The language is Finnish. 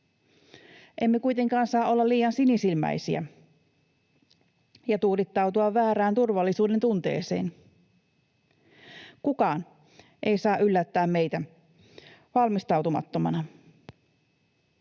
Emme kuitenkaan saa olla liian sinisilmäisiä ja tuudittautua väärään turvallisuudentunteeseen. Kukaan ei saa yllättää meitä valmistautumattomana.